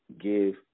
give